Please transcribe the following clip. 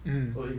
mm